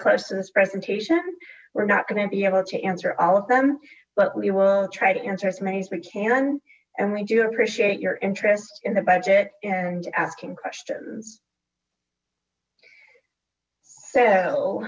close to this presentation we're not going to be able to answer all of them but we will try to answer as many as we can and we do appreciate your interest in the budget and asking questions so